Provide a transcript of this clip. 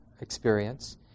experience